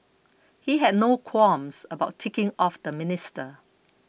he had no qualms about ticking off the minister